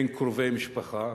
בין קרובי משפחה,